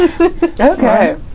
Okay